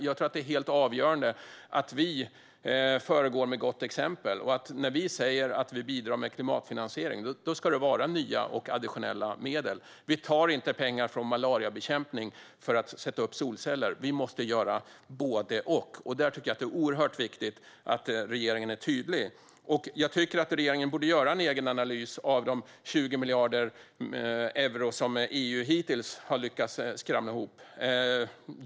Jag tror att det är helt avgörande att vi föregår med gott exempel. När vi säger att vi bidrar med klimatfinansiering ska det vara nya och additionella medel. Vi ska inte ta pengar från malariabekämpning för att sätta upp solceller. Vi måste göra både och. Där tycker jag att det är oerhört viktigt att regeringen är tydlig. Jag tycker att regeringen borde göra en egen analys av de 20 miljarder euro som EU hittills har lyckats skramla ihop.